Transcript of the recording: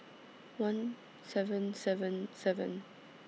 one seven seven seven